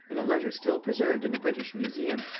in a letter still preserved in the british museum,